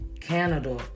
Canada